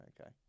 okay